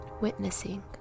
witnessing